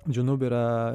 džiunub yra